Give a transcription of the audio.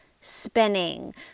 spinning